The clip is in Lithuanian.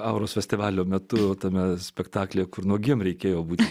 auros festivalio metu tame spektaklyje kur nuogiems reikėjo būti